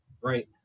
right